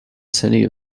city